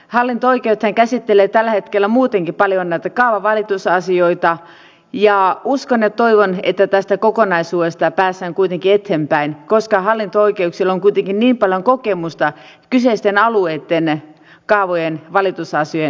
hallinto oikeudethan käsittelevät tällä hetkellä muutenkin paljon näitä kaavavalitusasioita ja uskon ja toivon että tästä kokonaisuudesta päästään kuitenkin eteenpäin koska hallinto oikeuksilla on kuitenkin niin paljon kokemusta kyseisten alueitten kaavojen valitusasioiden hoitamisessa